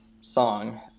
song